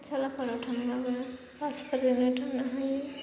पाठसालाफोराव थांनोबाबो बासफोरजोंनो थांनो हायो